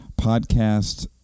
podcast